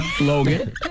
Logan